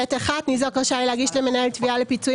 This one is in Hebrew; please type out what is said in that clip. (ב1) ניזוק רשאי להגיש למנהל תביעה לפיצויים